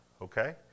okay